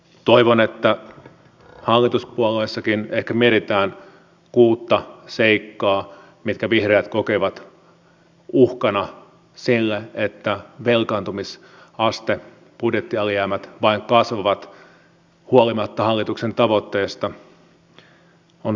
toivon että hallituspuolueissakin ehkä mietitään kuutta seikkaa mitkä vihreät kokevat uhkana sille että velkaantumisaste budjettialijäämät vain kasvavat huolimatta hallituksen tavoitteesta